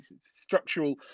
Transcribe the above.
structural